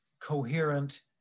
coherent